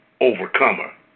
overcomer